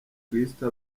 christo